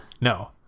No